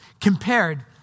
compared